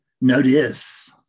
notice